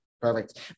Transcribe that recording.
Perfect